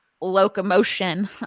locomotion